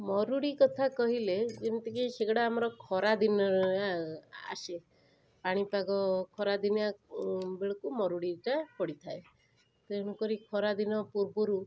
ମରୁଡ଼ି କଥା କହିଲେ ଯେମିତିକି ସେଗୁଡ଼ା ଆମର ଖରାଦିନରେ ଆସେ ପାଣିପାଗ ଖରାଦିନିଆ ବେଳକୁ ମରୁଡ଼ିଟା ପଡ଼ିଥାଏ ତେଣୁକରି ଖରାଦିନ ପୂର୍ବରୁ